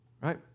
right